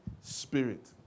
Spirit